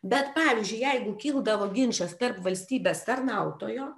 bet pavyzdžiui jeigu kildavo ginčas tarp valstybės tarnautojo